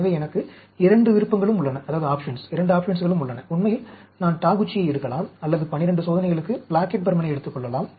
எனவே எனக்கு இரண்டு விருப்பங்களும் உள்ளன உண்மையில் நான் டாகுச்சியை எடுக்கலாம் அல்லது 12 சோதனைகளுக்கு பிளாக்கெட் பர்மனை எடுத்துக் கொள்ளலாம்